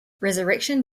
resurrection